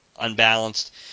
unbalanced –